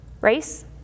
race